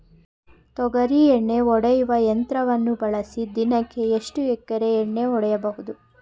ತೊಗರಿ ಎಣ್ಣೆ ಹೊಡೆಯುವ ಯಂತ್ರವನ್ನು ಬಳಸಿ ದಿನಕ್ಕೆ ಎಷ್ಟು ಎಕರೆ ಎಣ್ಣೆ ಹೊಡೆಯಬಹುದು?